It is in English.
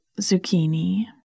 zucchini